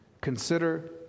Consider